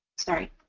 sorry.